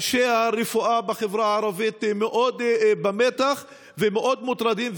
אנשי הרפואה בחברה הערבית מאוד במתח ומאוד מוטרדים,